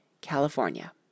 California